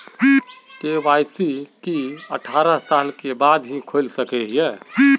KYC की अठारह साल के बाद ही खोल सके हिये?